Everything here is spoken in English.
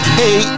hey